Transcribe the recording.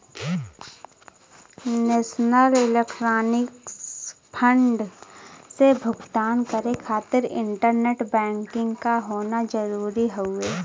national electronics fund से भुगतान करे खातिर इंटरनेट बैंकिंग क होना जरुरी हउवे